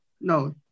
No